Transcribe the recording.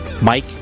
mike